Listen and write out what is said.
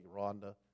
Rhonda